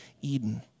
Eden